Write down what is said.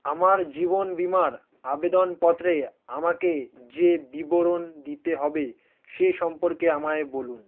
আমার জীবন বীমার আবেদনপত্রে আমাকে যে বিবরণ দিতে হবে সে সম্পর্কে আমায় বলুন